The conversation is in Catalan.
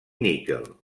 níquel